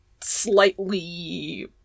slightly